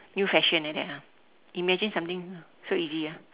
new fashion like that ah imagine something so easy ah